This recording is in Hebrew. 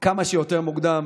כמה שיותר מוקדם